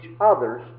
others